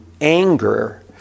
anger